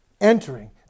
entering